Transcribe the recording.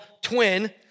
twin